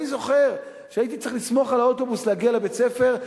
אני זוכר שהייתי צריך לסמוך על האוטובוס כדי להגיע לבית-הספר,